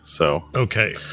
Okay